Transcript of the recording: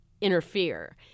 interfere